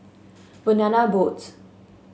Banana Boat